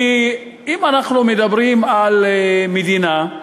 כי אם אנחנו מדברים על מדינה,